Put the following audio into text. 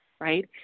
right